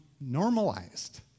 normalized